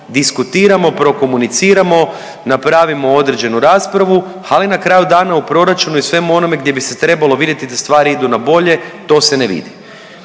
prodiskutiramo, prokomuniciramo, napravimo određenu raspravu, ali na kraju dana u proračunu i svemu onome gdje bi se trebalo vidjeti da stvari idu na bolje to se ne vidi.